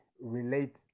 relate